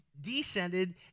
Descended